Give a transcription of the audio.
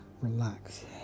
relax